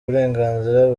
uburenganzira